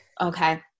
Okay